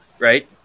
right